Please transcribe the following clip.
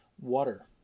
water